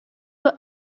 were